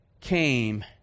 came